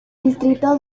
distrito